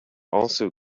also